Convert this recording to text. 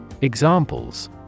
Examples